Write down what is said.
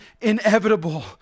inevitable